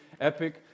epic